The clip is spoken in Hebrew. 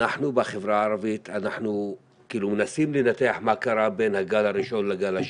אנחנו בחברה הערבית מנסים לנתח מה קרה בין הגל הראשון לגל השני,